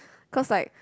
cause like